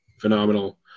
phenomenal